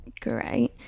great